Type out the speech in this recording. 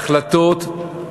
החלטות,